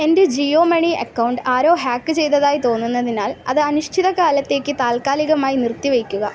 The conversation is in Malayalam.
എൻ്റെ ജിയോ മണി അക്കൗണ്ട് ആരോ ഹാക്ക് ചെയ്തതായി തോന്നുന്നതിനാൽ അത് അനിശ്ചിതകാലത്തേക്ക് താൽക്കാലികമായി നിർത്തിവയ്ക്കുക